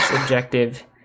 objective